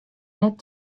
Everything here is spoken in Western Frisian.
net